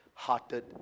hearted